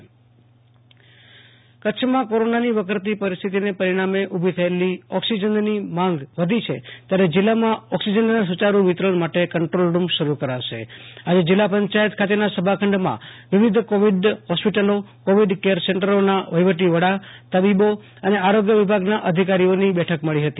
આશુ તોષ Antani Kutch oxygen control room કચ્છમાં કોરોનાની વકરતી પરિસ્થિતિને પરીણામે ઉભી થયેલી ઓક્સિજનની માંગ રહી છે ત્યારે જીલ્લામાં ઓક્સિજનના સુ યારૂ વિતરણ માટે કંન્દ્રોલરૂમ શરૂ કરાશે આજે જીલ્લા પંચાયત ખાતેના સંભખંડમાં વિવિધ કોવિડ હોસ્પિટલો કોવિડ કેર સેન્ટરોના વહીવટી વડા તબીબો અને આરોગ્ય વિભાગના અધિકારીઓની બેઠક મળી હતી